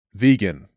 vegan